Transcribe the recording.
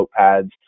notepads